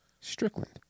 Strickland